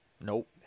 Nope